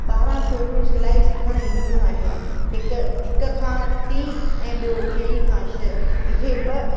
ॿारहं छोकिरियूं सिलाई सिखणु ईंदियूं आहिनि हिक हिक खां टीं ऐं ॿियो चईं खां छह इहे ॿ